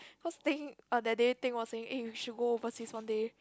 cause Ting-Ying uh that day Ting was saying eh we should go overseas one day